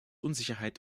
unsicherheit